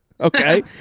Okay